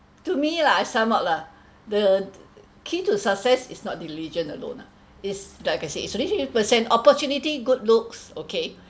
to me lah I sum up lah the key to success is not diligence alone ah is like I say it's only twenty percent opportunity good looks